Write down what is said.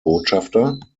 botschafter